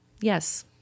yes